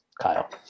Kyle